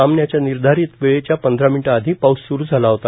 सामन्याच्या निर्धारित वेळेच्या पंधरा मिनिटं आधी पाऊस स्रू झाला होता